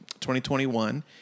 2021